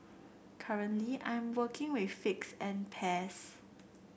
currently I'm working with figs and pears